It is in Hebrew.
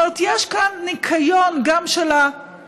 זאת אומרת, יש כאן ניקיון גם של המתמנים,